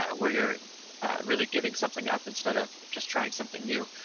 ah where you're really giving something up instead of just trying something new,